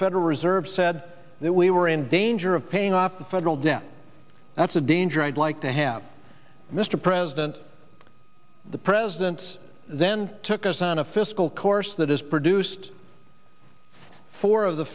federal reserve said that we were in danger of paying off the federal debt that's a danger i'd like to have mr president the president's then took us on a fiscal course that has produced four of the